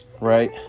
Right